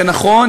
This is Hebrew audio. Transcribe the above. ונכון,